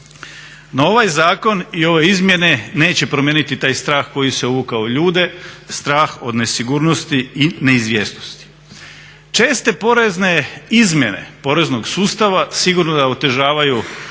no ovaj zakon i ove izmjene neće promijeniti taj strah koji se uvukao u ljude, strah od nesigurnosti i neizvjesnosti. Česte porezne izmjene poreznog sustava sigurno da otežavaju i